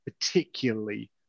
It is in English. particularly